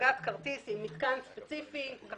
בהצגת כרטיס עם מתקן ספציפי אולי באמצעות